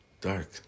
dark